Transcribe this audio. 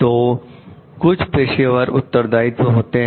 तो कुछ पेशेवर उत्तरदायित्व होते हैं